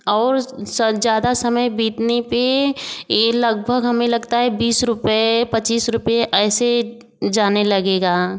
और ज़्यादा समय बीतने पर ये लगभग हमें लगता है बीस रुपए पच्चीस रुपए ऐसे जाने लगेगा